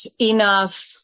enough